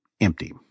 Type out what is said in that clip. empty